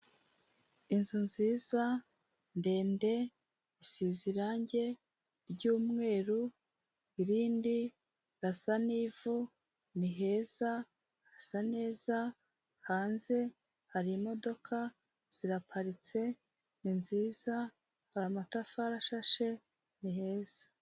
Inzu nziza ndende, isize irangi ry'umweru, irindi rirasa n'ivu, ni heza, hasa neza, hanze hari imodoka, ziraparitse ni nziza, hari amatafari ashashe, ni heza.